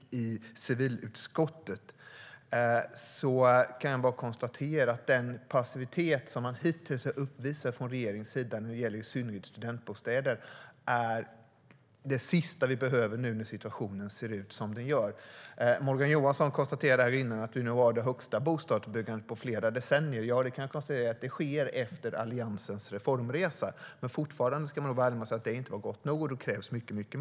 Den passivitet som regeringen hittills har uppvisat när det gäller studentbostäder är det sista som vi behöver nu när situationen ser ut som den gör. Morgan Johansson konstaterade här tidigare att vi nu har det högsta bostadsbyggandet på flera decennier. Ja, det sker efter Alliansens reformresa. Men fortfarande är det inte gott nog; det krävs mycket mer.